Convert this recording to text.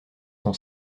son